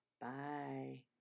Bye